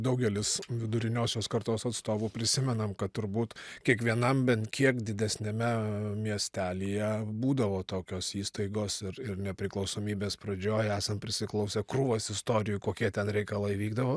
daugelis viduriniosios kartos atstovų prisimenam kad turbūt kiekvienam bent kiek didesniame miestelyje būdavo tokios įstaigos ir ir nepriklausomybės pradžioj esam prisiklausę krūvas istorijų kokie ten reikalai vykdavo